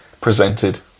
presented